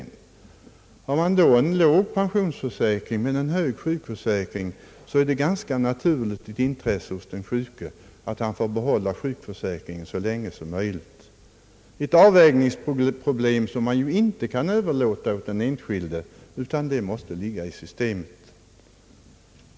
Har man då en låg pensionsförsäkring men en hög sjukförsäkring, är det ett naturligt intresse hos den sjuke att få behålla sjukförsäkringen så länge som möjligt — ett avvägningsproblem som ju inte kan överlåtas åt den enskilde utan som måste ligga i systemet.